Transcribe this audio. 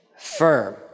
firm